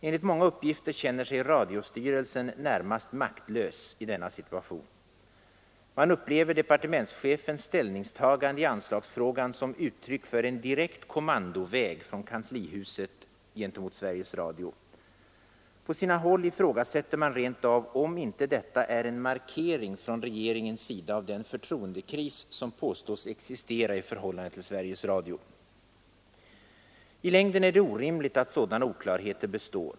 Enligt många uppgifter känner sig radiostyrelsen närmast maktlös i denna situation. Man upplever departementschefens ställningstagande i anslagsfrågan som uttryck för en direkt kommandoväg från kanslihuset gentemot Sveriges Radio. Man ifrågasätter på sina håll rent av om inte detta är en markering från regeringens sida av den förtroendekris som påstås existera i förhållande till Sveriges Radio. I längden är det orimligt att sådana oklarheter består.